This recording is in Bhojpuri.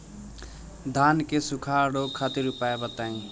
धान के सुखड़ा रोग खातिर उपाय बताई?